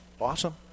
Awesome